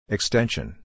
Extension